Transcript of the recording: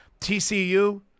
TCU –